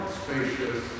spacious